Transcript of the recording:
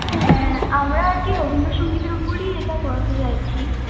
হ্যাঁ আমরা আর কি রবীন্দ্রসঙ্গীতের উপরই এটা করাতে চাইছি